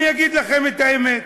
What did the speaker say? אני אגיד לכם את האמת,